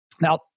Now